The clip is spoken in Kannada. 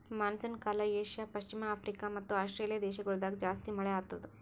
ಮಾನ್ಸೂನ್ ಕಾಲ ಏಷ್ಯಾ, ಪಶ್ಚಿಮ ಆಫ್ರಿಕಾ ಮತ್ತ ಆಸ್ಟ್ರೇಲಿಯಾ ದೇಶಗೊಳ್ದಾಗ್ ಜಾಸ್ತಿ ಮಳೆ ಆತ್ತುದ್